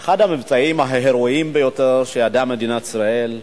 אחד המבצעים ההירואיים ביותר שידעה מדינת ישראל.